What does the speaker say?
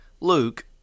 Luke